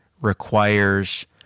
requires